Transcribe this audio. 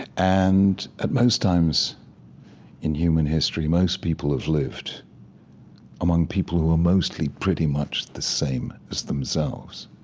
and at most times in human history, most people have lived among people who are mostly pretty much the same as themselves.